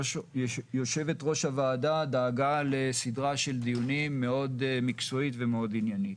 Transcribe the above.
יושבת-ראש הוועדה דאגה לסדרה של דיונים מאוד מקצועית ומאוד עניינית.